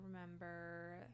remember